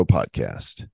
Podcast